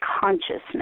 consciousness